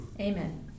Amen